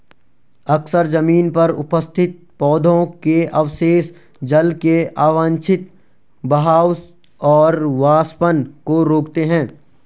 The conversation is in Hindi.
अक्सर जमीन पर उपस्थित पौधों के अवशेष जल के अवांछित बहाव और वाष्पन को रोकते हैं